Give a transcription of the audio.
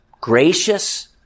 Gracious